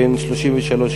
בן 33,